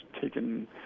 taken